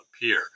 appear